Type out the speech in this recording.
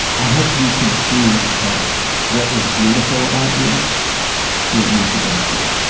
i hope you can see that what is beautiful about you was used against you.